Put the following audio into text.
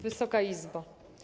Wysoka Izbo!